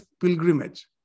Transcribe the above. pilgrimage